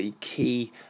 key